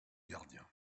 gardien